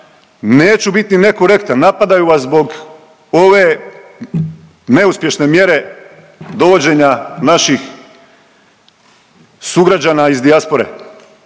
Neću biti nekorektan, napadaju vas zbog ove neuspješne mjere dovođenja naših sugrađana iz dijaspore,